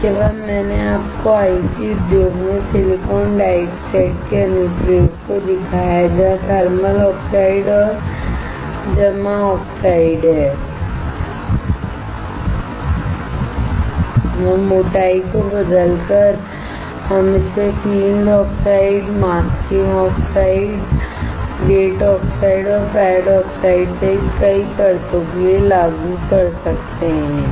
इसके बाद मैंने आपको आईसी उद्योग में सिलिकॉन डाइऑक्साइड के अनुप्रयोग को दिखाया जहां थर्मल ऑक्साइड और जमा ऑक्साइड हैं और मोटाई को बदलकर हम इसे field oxide masking oxide gate oxide और पैड ऑक्साइड सहित कई परतों के लिए लागू कर सकते हैं